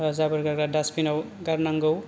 जाबोर गारग्रा दासबिनाव गारनांगौ